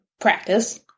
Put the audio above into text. practice